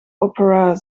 opera